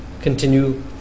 continue